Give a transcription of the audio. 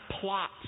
plot